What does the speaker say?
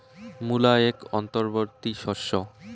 মূলা এক অন্তবর্তী শস্য